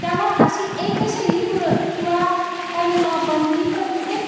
त्यामुळं अशी एक शैली कुळं किंवा काय म्हणू आपण की प्रत्येक